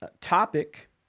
topic